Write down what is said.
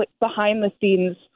behind-the-scenes